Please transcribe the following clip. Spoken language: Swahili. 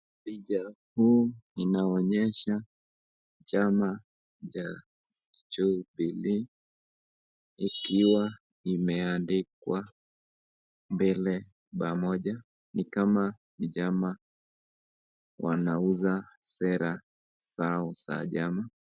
Picha huu inaonyesha chama cha Jubilee ikiwa imeandikwa mbele pamoja nikama ni chama wanauza sera zao za chama.